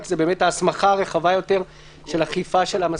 זה באמת ההסמכה הרחבה יותר של אכיפה של המסכות,